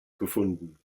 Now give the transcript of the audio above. gefunden